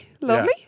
lovely